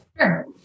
Sure